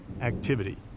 activity